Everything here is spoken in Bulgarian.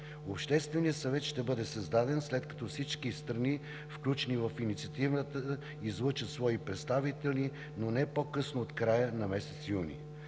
Общественият съвет ще бъде създаден, след като всички страни, включени в инициативата, излъчат свои представители, но не по-късно от края на месец юни.